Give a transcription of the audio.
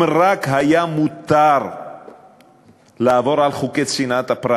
אם רק היה מותר לעבור על חוקי צנעת הפרט